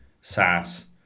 SaaS